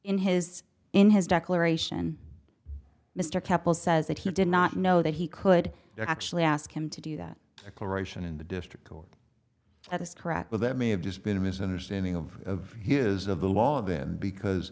in his in his declaration mr kapil says that he did not know that he could actually ask him to do that a corporation in the district court at a stretch but that may have just been a misunderstanding of his of the law then because